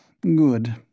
Good